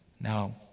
Now